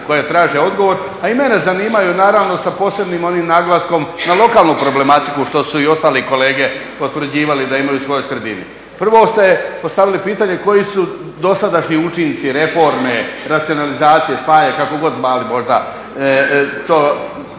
koja traže odgovor, a i mene zanimaju naravno sa posebnim onim naglaskom na lokalnu problematiku što su i ostali kolege potvrđivali da imaju u svojoj sredini. Prvo ste postavili pitanje koji su dosadašnji učinci reforme racionalizacije, spajanja kako god zvali to